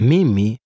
Mimi